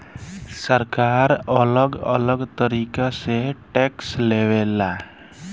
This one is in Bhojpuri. सरकार अलग अलग तरीका से टैक्स लेवे ला